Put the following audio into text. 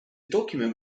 document